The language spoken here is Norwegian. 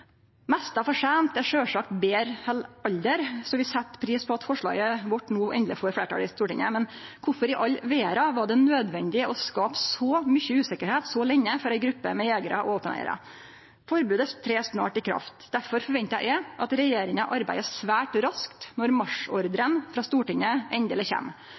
for seint er sjølvsagt betre enn aldri, så vi set pris på at forslaget vårt no endeleg får fleirtal i Stortinget. Men kvifor i all verda var det nødvendig å skape så mykje usikkerheit, så lenge, for ei gruppe med jegerar og våpeneigarar? Forbodet trer snart i kraft. Derfor forventar eg at regjeringa arbeider svært raskt når marsjordren frå Stortinget endeleg kjem.